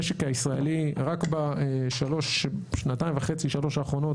המשק הישראלי רק בשנתיים וחצי-שלוש האחרונות